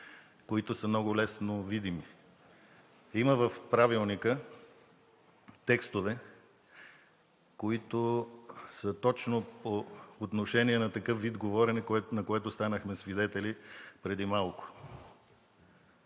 които са много лесно видими. Има в Правилника текстове, които са точно по отношение на такъв вид говорене, на което станахме свидетели преди малко.